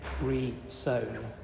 re-sown